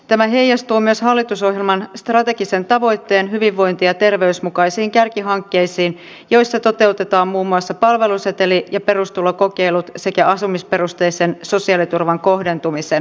tämä heijastuu myös hallitusohjelman strategisen tavoitteen hyvinvointi ja terveys mukaisiin kärkihankkeisiin joissa toteutetaan muun muassa palveluseteli ja perustulokokeilut sekä asumisperusteisen sosiaaliturvan kohdentumisen arviointi